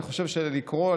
אני חושב שלקרוא,